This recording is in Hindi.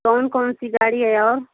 कौन कौन सी गाड़ी है और